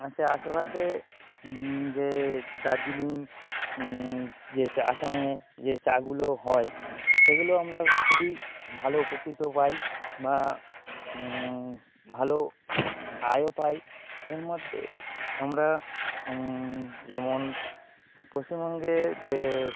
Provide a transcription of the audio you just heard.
আছে আশেপাশে যে দার্জিলিং যে চা আসামের যে চাগুলো হয় সেগুলো আমরা খুবই ভালো উপকৃত পাই বা ভালো আয়ও পাই এর মধ্যে আমরা যেমন পশ্চিমবঙ্গের যে